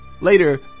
Later